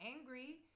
angry